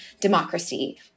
democracy